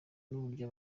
n’uburyo